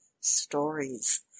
stories